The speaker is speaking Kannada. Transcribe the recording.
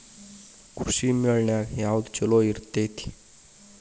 ಕೃಷಿಮೇಳ ನ್ಯಾಗ ಯಾವ್ದ ಛಲೋ ಇರ್ತೆತಿ?